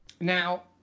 Now